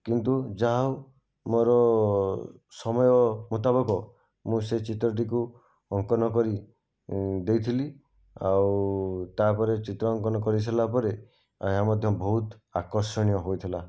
କିନ୍ତୁ ଯାହା ହେଉ ମୋର ସମୟ ମୁତାବକ ମୁଁ ସେ ଚିତ୍ରଟିକୁ ଅଙ୍କନ କରି ଦେଇଥିଲି ଆଉ ତାପରେ ଚିତ୍ର ଅଙ୍କନ କରି ସାରିଲା ପରେ ଏହାମଧ୍ୟ ବହୁତ ଆକର୍ଷଣୀୟ ହୋଇଥିଲା